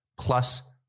plus